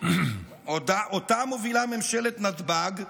שאותה מובילה ממשלת נתב"ג,